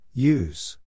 Use